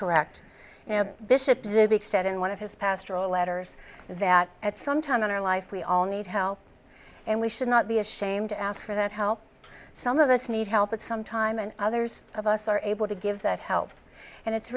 said in one of his pastoral letters that at some time in our life we all need help and we should not be ashamed to ask for that help some of us need help at some time and others of us are able to give that help and it's